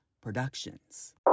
Productions